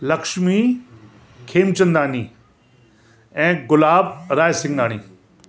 लक्ष्मी खेमचंदानी ऐं गुलाब राय सिंघाणी